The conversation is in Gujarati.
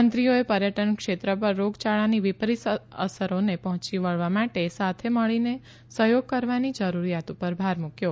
મંત્રીઓએ પર્યટન ક્ષેત્ર પર રોગયાળાની વિપરીત અસરોને પર્યોચી વળવા માટે સાથે મળીને સહયોગ કરવાની જરૂરીયાત પર ભાર મુકયો